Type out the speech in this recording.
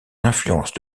l’influence